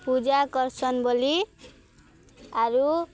ପୂଜା କରସନ୍ ବୋଲି ଆରୁ